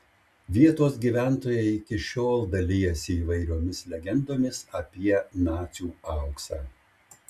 vietos gyventojai iki šiol dalijasi įvairiomis legendomis apie nacių auksą